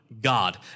God